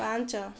ପାଞ୍ଚ